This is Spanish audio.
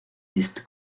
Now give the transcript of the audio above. east